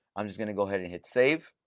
i'm just going to go ahead and hit save.